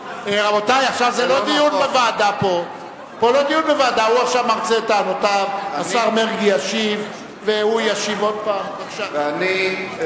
היה דיון אחד בראשות חבר הכנסת אלקין, ואני אומר